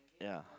ya